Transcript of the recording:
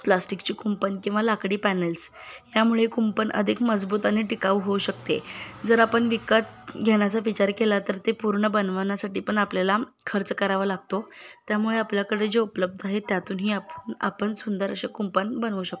प्लास्टिकची कुंपण किंवा लाकडी पॅनल्स यामुळे कुंपण अधिक मजबूत आणि टिकाऊ होऊ शकते जर आपण विकत घेण्याचा विचार केला तर ते पूर्ण बनवण्यासाठी पण आपल्याला खर्च करावा लागतो त्यामुळे आपल्याकडे जे उपलब्ध आहे त्यातूनही आप आपण सुंदर असे कुंपण बनवू शकतो